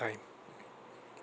time